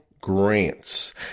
Grants